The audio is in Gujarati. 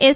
એસ